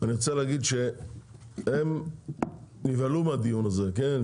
אני רוצה להגיד שהם נבהלו מהדיון הזה, כן?